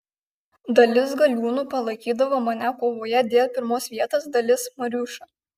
dalis galiūnų palaikydavo mane kovoje dėl pirmos vietos dalis mariušą